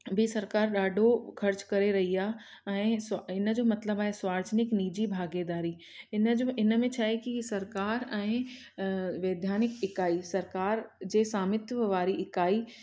बि सरकार ॾाढो ख़र्च करे रही आहे ऐं हिन जो मतिलबु आहे सार्वजनिक निजी भागेदारी इन जो इन में छा आहे कि सरकार ऐं वैधानिक इकाई सरकार जे सामित वारी इकाई